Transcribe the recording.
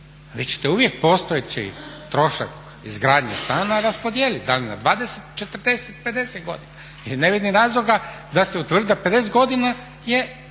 vi ćete uvijek postojeći trošak izgradnje stana raspodijeliti da li na 20, 40, 50 godina. Jer ne vidim razloga da se utvrdi da 50 godina je